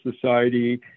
society